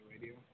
radio